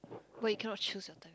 wait you cannot choose your turn